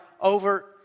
over